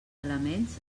elements